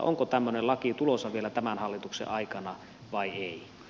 onko tämmöinen laki tulossa vielä tämän hallituksen aikana vai ei